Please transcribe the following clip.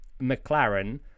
McLaren